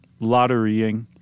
lotterying